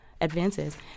advances